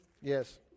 Yes